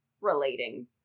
relating